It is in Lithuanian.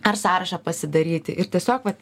ar sąrašą pasidaryti ir tiesiog vat